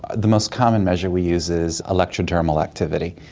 the most common measure we use is electro dermal activity,